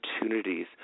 opportunities